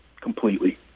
completely